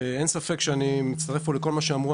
אין ספק שאני מצטרף לכל מה שאמרו פה,